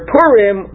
Purim